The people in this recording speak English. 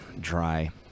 dry